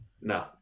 No